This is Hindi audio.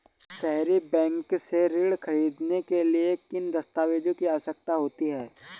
सहरी बैंक से ऋण ख़रीदने के लिए किन दस्तावेजों की आवश्यकता होती है?